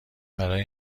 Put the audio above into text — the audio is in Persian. برای